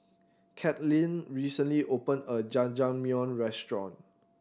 Cathleen recently opened a Jajangmyeon Restaurant